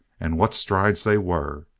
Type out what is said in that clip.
and what strides they were!